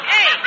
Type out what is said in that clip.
Hey